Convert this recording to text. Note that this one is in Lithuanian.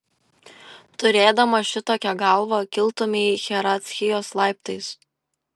turėdamas šitokią galvą kiltumei hierarchijos laiptais